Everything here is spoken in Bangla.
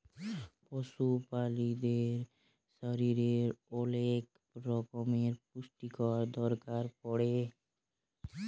পশু প্রালিদের শরীরের ওলেক রক্যমের পুষ্টির দরকার পড়ে